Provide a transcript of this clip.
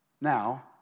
Now